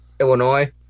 Illinois